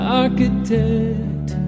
architect